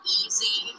easy